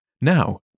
Now